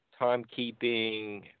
timekeeping